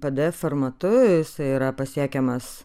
pdf formatu jis yra pasiekiamas